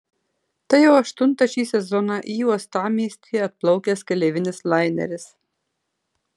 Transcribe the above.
tai jau aštuntas šį sezoną į uostamiestį atplaukęs keleivinis laineris